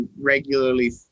regularly